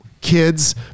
kids